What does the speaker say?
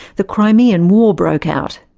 the crimean war broke out.